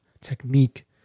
technique